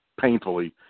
painfully